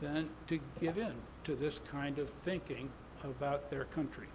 than to give in to this kind of thinking about their country.